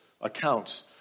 accounts